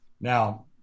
Now